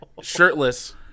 shirtless